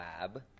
Lab